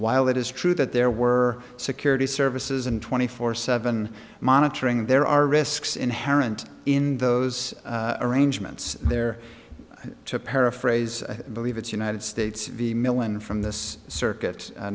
while it is true that there were security services and twenty four seven monitoring there are risks inherent in those arrangements there to paraphrase believe it's united states v millon from this circuit